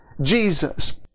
Jesus